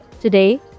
Today